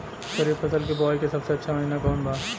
खरीफ फसल के बोआई के सबसे अच्छा महिना कौन बा?